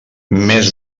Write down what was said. més